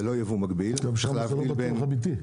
זה לא ייבוא מקביל וצריך להבדיל- - גם לא בטוח אמיתי.